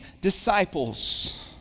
disciples